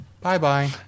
bye-bye